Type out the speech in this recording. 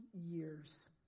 years